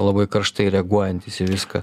labai karštai reaguojantis į viską